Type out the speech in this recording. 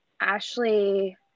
ashley